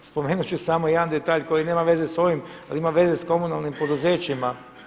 Spomenut ću samo jedan detalj koji nema veze sa ovim ali ima veze sa komunalnim poduzećima.